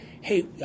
Hey